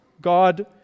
God